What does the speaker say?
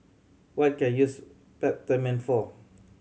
what can I use Peptamen for